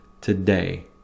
today